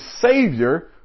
savior